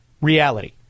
reality